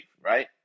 right